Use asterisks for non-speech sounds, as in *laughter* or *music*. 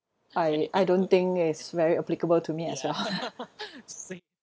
I I don't think it's very applicable to me as well *laughs*